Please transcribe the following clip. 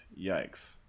yikes